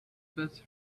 first